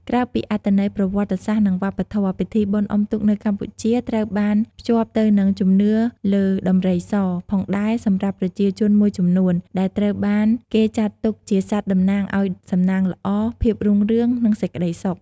ក្រៅពីអត្ថន័យប្រវត្តិសាស្ត្រ និងវប្បធម៌ ពិធីបុណ្យអុំទូកនៅកម្ពុជាក៏ត្រូវបានភ្ជាប់ទៅនឹងជំនឿលើដំរីសផងដែរសម្រាប់ប្រជាជនមួយចំនួន ដែលត្រូវបានគេចាត់ទុកជាសត្វតំណាងឲ្យសំណាងល្អ ភាពរុងរឿង និងសេចក្តីសុខ។